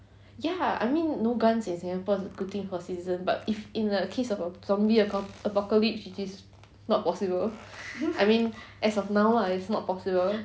ya I mean no guns in singapore is a good thing for citizen but if in the case of a zombie apocalypse which is not possible I mean as of now lah it's not possible